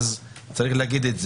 צריך להגיד את זה.